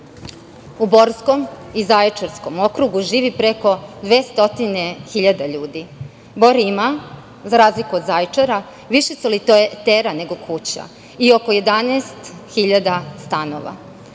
Borskom i Zaječarskom okrugu živi preko 200.000 ljudi. Bor ima, za razliku od Zaječara, više solitera nego kuća i oko 11.000 stanova.